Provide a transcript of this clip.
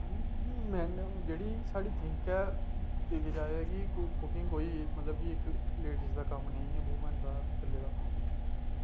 मतलब जेह्ड़ी साढ़ी थिंक ऐ की कुुकिंग कोई इक्क लेडीज़ दा कम्म नेईं ऐ वूमन दा कल्लै दा